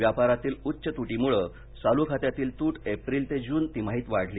व्यापारातील उच्च तृटीमुळं चालू खात्यातील तूट एप्रिल ते जून तिमाहीत वाढली